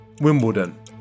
Wimbledon